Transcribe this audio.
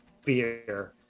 fear